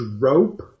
rope